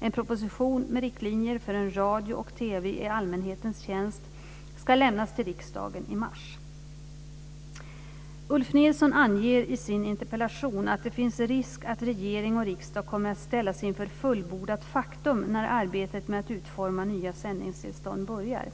En proposition med riktlinjer för en radio och TV i allmänhetens tjänst ska lämnas till riksdagen i mars. Ulf Nilsson anger i sin interpellation att det finns risk att regering och riksdag kommer att ställas inför fullbordat faktum när arbetet med att utforma nya sändningstillstånd börjar.